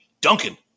Duncan